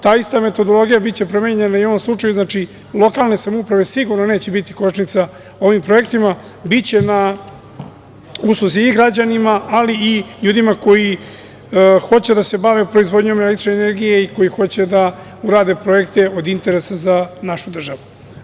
Ta ista metodologija biće promenjena i u ovom slučaju, znači, lokalne samouprave neće sigurno biti kočnica ovim projektima, biće na usluzi i građanima, ali i ljudima koji hoće da se bave proizvodnjom električne energije i koji hoće da rade projekte od interesa za našu državu.